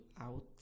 out